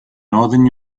northern